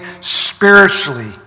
spiritually